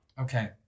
Okay